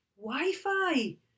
Wi-Fi